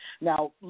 Now